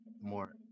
more